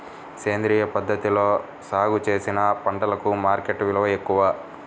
సేంద్రియ పద్ధతిలో సాగు చేసిన పంటలకు మార్కెట్ విలువ ఎక్కువ